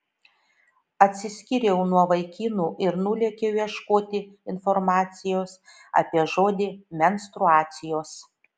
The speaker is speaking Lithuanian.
atsiskyriau nuo vaikinų ir nulėkiau ieškoti informacijos apie žodį menstruacijos